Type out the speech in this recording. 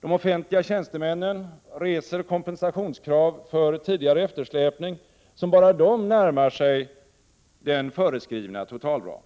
De offentliga tjänstemännen reser kompensationskrav för tidigare eftersläpning, som bara de närmar sig den föreskrivna totalramen.